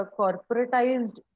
corporatized